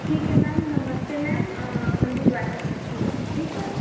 ठीक है मैम नमस्ते मैम हम भिजवाते हैं कस्टमर से ठीक है